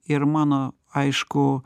ir mano aišku